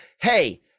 hey